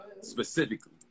specifically